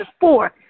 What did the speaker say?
four